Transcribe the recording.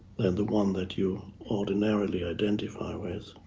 than the one that you ordinarily identify with.